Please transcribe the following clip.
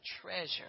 treasure